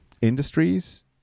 industries